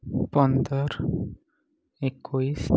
ପନ୍ଦର ଏକୋଇଶ